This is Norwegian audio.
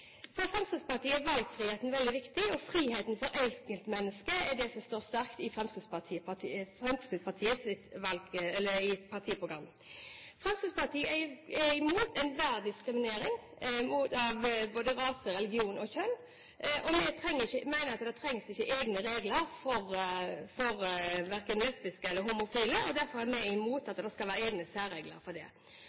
For Fremskrittspartiet er valgfriheten veldig viktig, og friheten for enkeltmennesket står sterkt i Fremskrittspartiets partiprogram. Fremskrittspartiet er imot enhver diskriminering, når det gjelder rase, religion og kjønn, og vi mener at det ikke trengs egne regler for lesbiske og homofile. Derfor er vi imot at det skal være egne særregler for dem. Så tok representanten opp dette med at lesbiske og homofile ikke kan få gifte seg – det